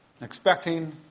expecting